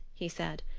he said.